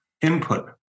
input